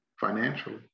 financially